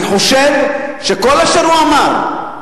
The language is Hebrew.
אני חושב שכל אשר הוא אמר,